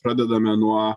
pradedame nuo